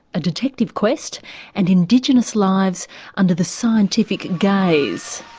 a detective quest and indigenous lives under the scientific gaze.